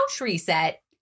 reset